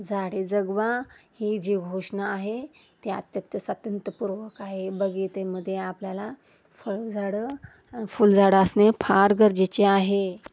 झाडे जगवा ही जी घोषणा आहे ती अत्यंत सात्यंतपूर्वक आहे बगितेमध्ये आपल्याला फळझाडं आणि फुलझाडं असणे हे फार गरजेचे आहे